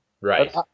Right